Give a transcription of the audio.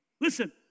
Listen